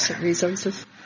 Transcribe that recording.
resources